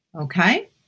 Okay